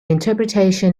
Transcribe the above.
interpretation